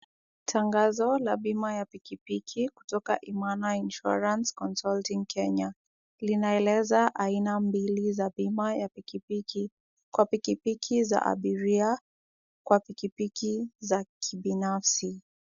Tangazo la bima ya pikipiki kutoka Imana Insurance Consulting Kenya. Linaeleza aina mbili za bima ya pikipiki. Kwa pikipiki za abiria, kwa pikipiki za kibinafsi.